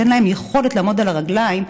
אין להן יכולת לעמוד על הרגליים,